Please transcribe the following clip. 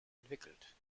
entwickelt